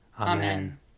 Amen